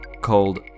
called